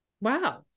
Wow